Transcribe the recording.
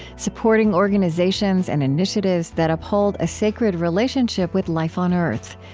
supporting organizations and initiatives that uphold a sacred relationship with life on earth.